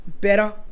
better